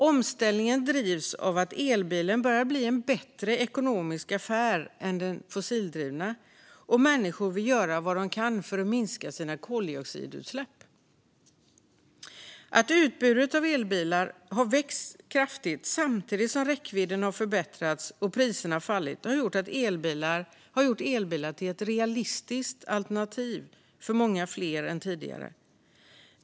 Omställningen drivs av att elbilen börjar bli en bättre ekonomisk affär än den fossildrivna. Människor vill också göra vad de kan för att minska sina koldioxidutsläpp. Att utbudet av elbilar har växt kraftigt samtidigt som räckvidden har förbättrats och priserna har fallit har gjort elbilar till ett realistiskt alternativ för många fler än tidigare.